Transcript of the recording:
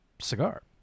cigar